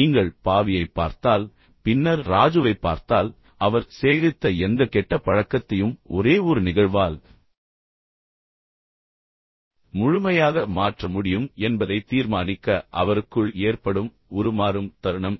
நீங்கள் பாவியைப் பார்த்தால் பின்னர் ராஜுவைப் பார்த்தால் அவர் சேகரித்த எந்த கெட்ட பழக்கத்தையும் ஒரே ஒரு நிகழ்வால் முழுமையாக மாற்ற முடியும் என்பதை தீர்மானிக்க அவருக்குள் ஏற்படும் உருமாறும் தருணம்